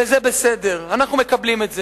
וזה בסדר, אנחנו מקבלים את זה.